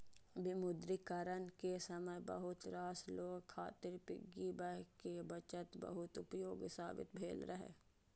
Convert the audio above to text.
विमुद्रीकरण के समय बहुत रास लोग खातिर पिग्गी बैंक के बचत बहुत उपयोगी साबित भेल रहै